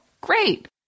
Great